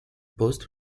post